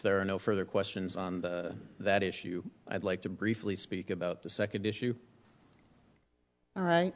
there are no further questions on that issue i'd like to briefly speak about the second issue